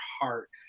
heart